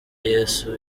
yesu